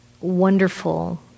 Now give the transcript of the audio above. wonderful